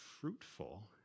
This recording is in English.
fruitful